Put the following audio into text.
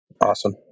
Awesome